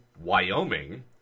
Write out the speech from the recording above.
Wyoming